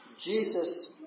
Jesus